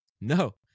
No